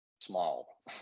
small